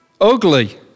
Ugly